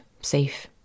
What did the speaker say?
safe